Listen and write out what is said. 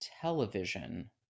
television